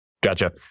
Gotcha